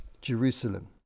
Jerusalem